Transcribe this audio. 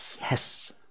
Yes